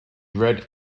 read